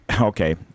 okay